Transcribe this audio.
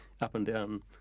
up-and-down